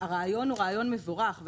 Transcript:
הרעיון הוא רעיון מבורך,